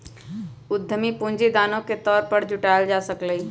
उधमी पूंजी दानो के तौर पर जुटाएल जा सकलई ह